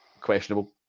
Questionable